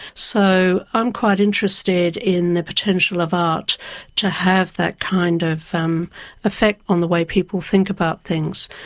so i'm quite interested in the potential of art to have that kind of um effect on the way people think about things.